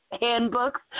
handbooks